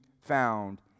found